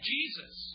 Jesus